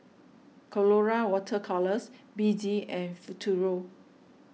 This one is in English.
Colora Water Colours B D and Futuro